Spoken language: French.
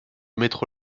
métro